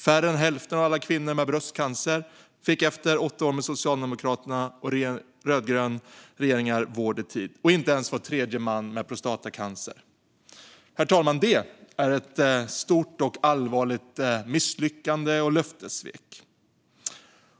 Efter åtta år med Socialdemokraterna och rödgröna regeringar fick färre än hälften av alla kvinnor med bröstcancer vård i tid, och inte ens var tredje man med prostatacancer fick det. Herr talman! Detta är ett stort och allvarligt misslyckande och löftessvek.